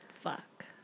Fuck